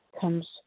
comes